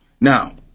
Now